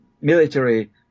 military